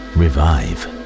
revive